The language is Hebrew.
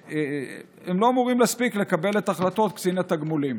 לא אמורים להספיק לקבל את החלטות קצין התגמולים